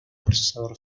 procesador